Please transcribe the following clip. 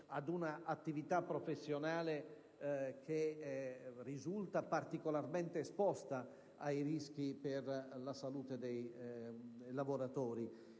ad un'attività professionale che risulta particolarmente esposta ai rischi per la salute dei lavoratori.